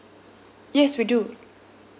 yes we do